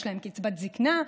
יש להם קצבת זקנה,